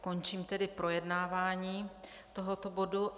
Končím tedy projednávání tohoto bodu.